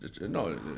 no